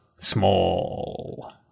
Small